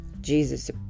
Jesus